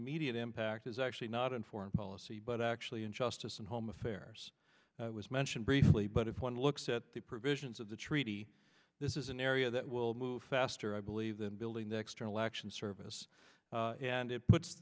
immediate impact is actually not in foreign policy but actually in justice and home affairs was mentioned briefly but if one looks at the provisions of the treaty this is an area that will move faster i believe than building the external action service and it puts